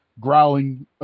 Growling